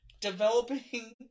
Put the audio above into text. developing